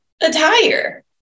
attire